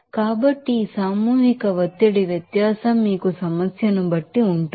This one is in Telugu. కాబట్టి ఈ మాస్ ప్రెషర్ డిఫరెన్స్ మీకు సమస్య ను బట్టి ఉంటుంది